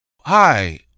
Hi